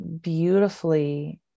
beautifully